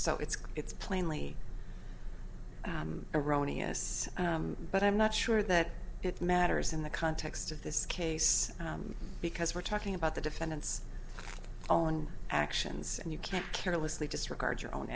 so it's it's plainly erroneous but i'm not sure that it matters in the context of this case because we're talking about the defendant's own actions and you can't carelessly disregard your own